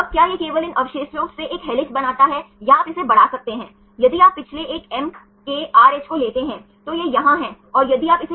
अब क्या यह केवल इन अवशेषों से एक हेलिक्स बनता है या आप इसे बढ़ा सकते हैं यदि आप पिछले एक MKRH को लेते हैं तो यह यहां है और यदि आप इसे यहां करते हैं